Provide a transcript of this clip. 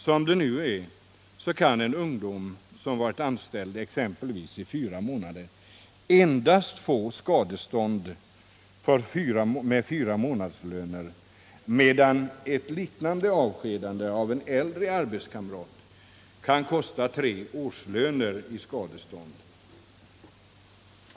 Som det — Nr 33 nu är kan en ungdom som varit anställd i exempelvis fyra månader endast få skadestånd med fyra månadslöner, medan ett liknande avskedande av en äldre arbetskamrat kan kosta tre årslöner i skadestånd.